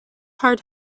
hard